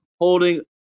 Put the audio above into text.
holding